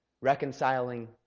reconciling